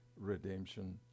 redemption